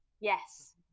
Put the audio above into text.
Yes